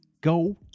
go